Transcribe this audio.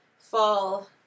fall